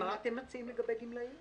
מה אתם מציעים לגבי גמלאים?